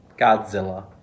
Godzilla